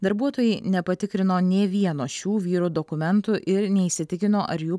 darbuotojai nepatikrino nė vieno šių vyrų dokumentų ir neįsitikino ar jų